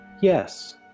yes